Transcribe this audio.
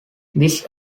this